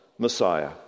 Messiah